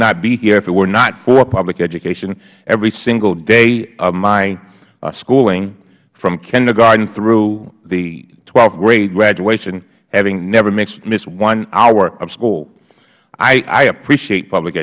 not be here if it were not for public education every single day of my schooling from kindergarten through the twelfth grade graduation having never missed one hour of school i appreciate public